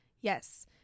Yes